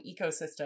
ecosystem